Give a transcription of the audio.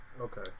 okay